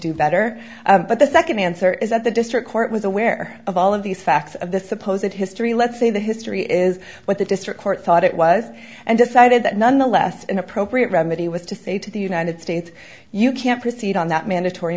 do better but the second answer is that the district court was aware of all of these facts of the supposed history let's say the history is what the district court thought it was and decided that nonetheless an appropriate remedy was to say to the united states you can't proceed on that mandatory